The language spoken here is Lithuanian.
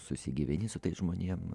susigyveni su tais žmonėm